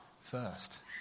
first